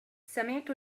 سمعت